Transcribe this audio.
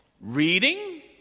reading